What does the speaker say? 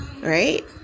Right